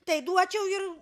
tai duočiau ir